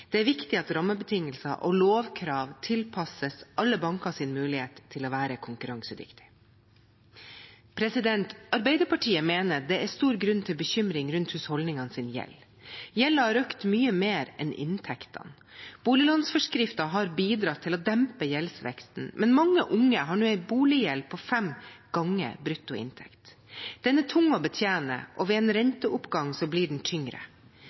Det er viktig at rammebetingelser og lovkrav tilpasses alle bankers mulighet til å være konkurransedyktige. Arbeiderpartiet mener det er stor grunn til bekymring rundt husholdningenes gjeld. Gjelden har økt mye mer enn inntektene. Boliglånsforskriften har bidratt til å dempe gjeldsveksten, men mange unge har nå en boliggjeld på fem ganger brutto inntekt. Den er tung å betjene, og ved en renteoppgang blir den tyngre.